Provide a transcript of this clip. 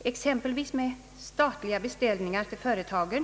exempelvis genom statliga beställningar till företagen.